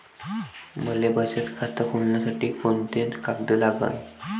मले बचत खातं खोलासाठी कोंते कागद लागन?